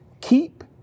Keep